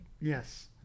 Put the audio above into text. Yes